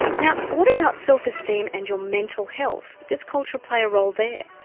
now what about self-esteem and your mental health, does culture play a role there?